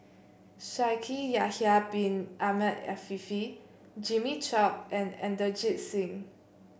Shaikh Yahya Bin Ahmed Afifi Jimmy Chok and Inderjit Singh